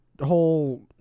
whole